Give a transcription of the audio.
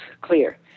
clear